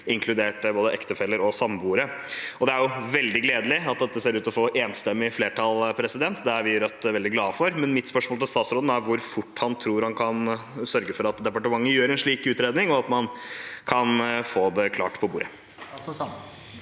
inkludert både ektefeller og samboere. Det er veldig gledelig at det ser ut til å få enstemmig flertall. Det er vi i Rødt veldig glade for. Mitt spørsmål til statsråden er hvor fort han tror han kan sørge for at departementet gjør en slik utredning, og man kan få det klart på bordet.